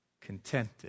contented